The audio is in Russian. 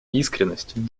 искренность